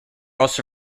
also